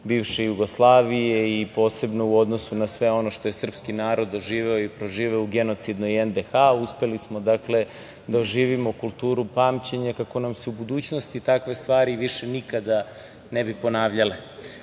bivše Jugoslavije i posebno u odnosu na sve ono što je srpski narod doživeo i proživeo u genocidnoj NDH. Uspeli smo da oživimo kulturu pamćenja kako nam se u budućnosti takve stvari više nikada ne bi ponavljale. Možemo